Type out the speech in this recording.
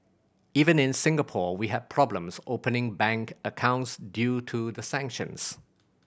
even in Singapore we had problems opening bank accounts due to the sanctions